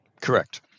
Correct